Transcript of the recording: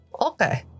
Okay